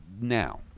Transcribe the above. now